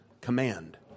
command